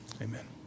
Amen